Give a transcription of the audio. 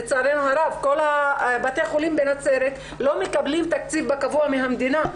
לצערנו הרב כל בתי החולים לא מקבלים תקציב קבוע מן המדינה,